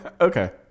Okay